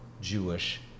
Jewish